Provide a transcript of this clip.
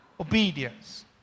obedience